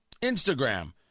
Instagram